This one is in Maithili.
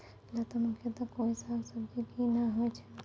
लता मुख्यतया कोय साग सब्जी के हीं होय छै